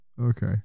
Okay